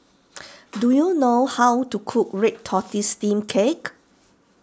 do you know how to cook Red Tortoise Steamed Cake